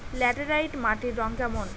Laterite মাটির রং কেমন?